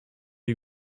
you